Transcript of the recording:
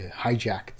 hijacked